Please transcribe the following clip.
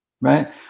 Right